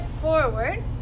forward